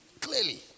clearly